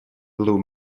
blue